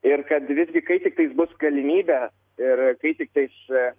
ir kad visgi kai tiktais bus galimybė ir kai tiktais